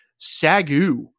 SAGU